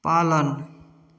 पालन